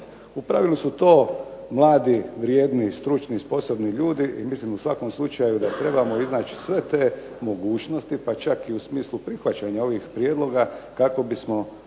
U pravilu su to mladi, vrijedni i stručni i sposobni ljudi i mislim u svakom slučaju da trebamo iznaći sve te mogućnosti pa čak i u smislu prihvaćanja ovih prijedloga kako bismo